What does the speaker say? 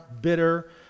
bitter